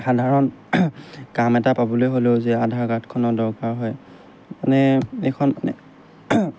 সাধাৰণ কাম এটা পাবলৈ হ'লেও যে আধাৰ কাৰ্ডখনৰ দৰকাৰ হয় মানে এইখন মানে